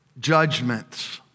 judgments